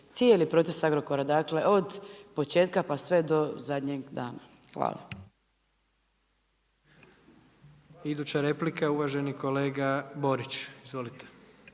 cijeli proces Agrokora. Dakle, od početka pa sve do zadnjeg dana. Hvala.